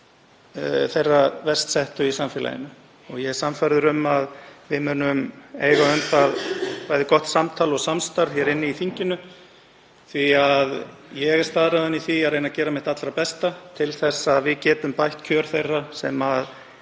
kjör þeirra verst settu í samfélaginu og ég er sannfærður um að við munum eiga um það gott samtal og samstarf í þinginu. Ég er staðráðinn í því að reyna að gera mitt allra besta til að við getum bætt kjör þeirra sem